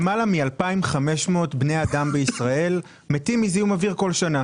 למעלה מ-2,500 בני אדם בישראל מתים מזיהום אוויר כל שנה